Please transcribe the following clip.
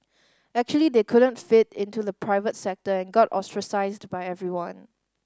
actually they couldn't fit into the private sector and got ostracised by everyone